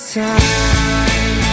time